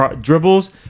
dribbles